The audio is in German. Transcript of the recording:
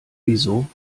wieso